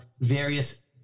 various